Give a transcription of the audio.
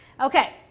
Okay